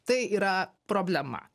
tai yra problema